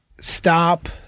stop